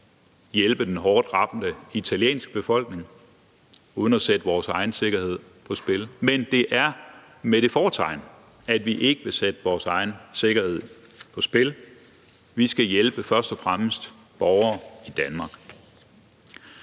hjælpe den hårdt ramte italienske befolkning uden at bringe vores egen sikkerhed i fare, men det er med det fortegn, at vi ikke vil sætte vores egen sikkerhed på spil. Vi skal først og fremmest hjælpe borgere i Danmark.